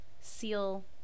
seal